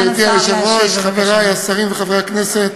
גברתי היושבת-ראש, חברי השרים וחברי הכנסת,